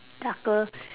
darker